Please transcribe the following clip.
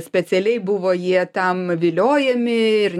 specialiai buvo jie tam viliojami ir